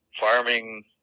farming